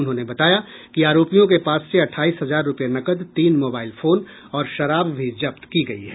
उन्होंने बताया कि आरोपियों के पास से अठाईस हजार रुपये नकद तीन मोबाइल फोन और शराब भी जब्त की गई है